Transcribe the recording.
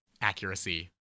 accuracy